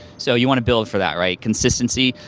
so you wanna build for that, right? consistency,